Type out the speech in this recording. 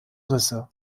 risse